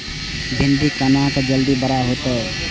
भिंडी केना जल्दी बड़ा होते?